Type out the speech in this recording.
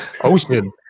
ocean